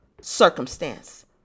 circumstance